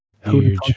Huge